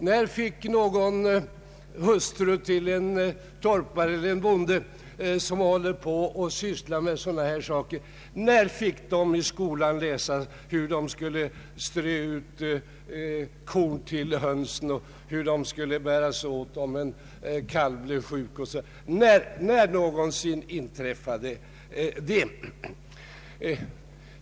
När fick en hustru till en torpare eller bonde i skolan läsa hur hon skall strö ut korn åt hönsen och hur hon skall bära sig åt om en kalv blir sjuk? När gavs sådan undervisning?